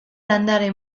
landare